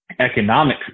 Economic